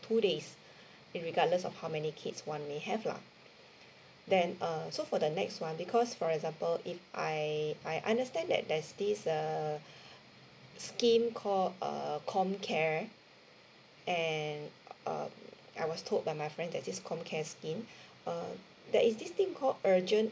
two days irregardless of how many kids one may have lah then uh so for the next one because for example if I I understand that there's this a scheme called uh comcare and um I was told by my friend that this comcare scheme uh there is this thing called urgent